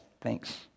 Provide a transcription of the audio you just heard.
thanks